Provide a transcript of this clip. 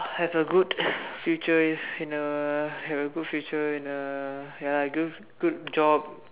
have a good future in a have a good future in a ya lah good good job